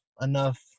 enough